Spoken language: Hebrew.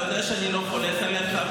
אתה יודע שאני לא חולק עליך.